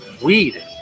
Weed